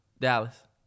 Dallas